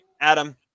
Adam